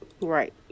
Right